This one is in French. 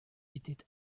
était